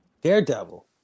Daredevil